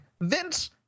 Vince